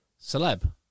Celeb